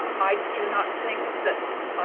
i do not think that